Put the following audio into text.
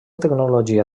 tecnologia